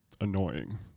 annoying